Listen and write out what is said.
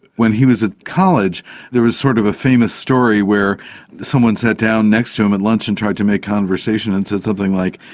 when he was at college there was sort of a famous story where someone sat down next to him at lunch and tried to make conversation and said something like,